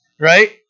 right